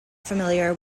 familiar